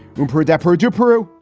rupert adepero jr, peru.